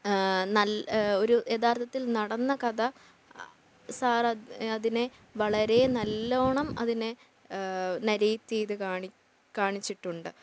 നല്ല ഒരു യഥാർത്ഥത്തിൽ നടന്ന കഥ സാർ അതിനെ വളരെ നല്ലവണ്ണം അതിനെ നരേറ്റ് ചെയ്തു കാണി കാണിച്ചിട്ടുണ്ട് അപ്പോൾ